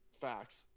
Facts